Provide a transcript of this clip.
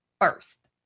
first